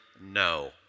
no